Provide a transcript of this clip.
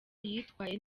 yitwaye